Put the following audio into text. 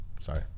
Sorry